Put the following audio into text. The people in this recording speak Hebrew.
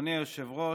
אדוני היושב-ראש,